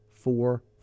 Four